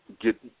get